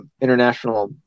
international